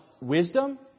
wisdom